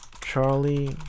Charlie